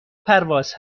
پرواز